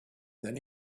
then